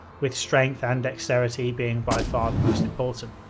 with strength and dexterity being by far the most important,